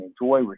enjoy